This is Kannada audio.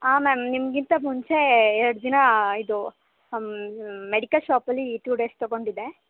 ಹಾಂ ಮ್ಯಾಮ್ ನಿಮಗಿಂತ ಮುಂಚೆ ಎರಡು ದಿನ ಇದು ಮೆಡಿಕಲ್ ಶಾಪಲ್ಲಿ ಟು ಡೇಸ್ ತಗೊಂಡಿದ್ದೆ